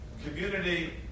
Community